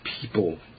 people